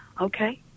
okay